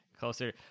closer